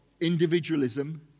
individualism